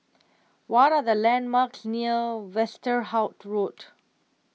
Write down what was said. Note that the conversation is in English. what are the landmarks near Westerhout Road